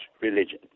religion